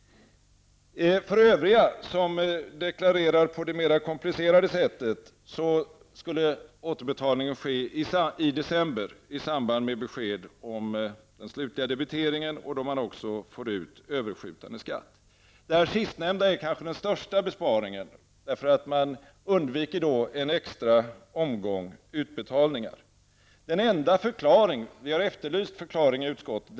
För övriga, som deklarerar på det mer komplicerade sättet, skulle återbetalningen ske i december i samband med besked om den slutliga debitteringen, då man också får ut överskjutande skatt. Det sistnämnda är kanske den största besparingen, för man undviker då en extra omgång utbetalningar. Vi har efterlyst en förklaring i utskottet.